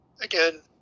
Again